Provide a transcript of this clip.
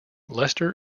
lester